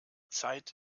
zeit